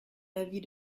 l’avis